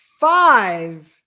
five